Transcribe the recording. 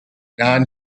non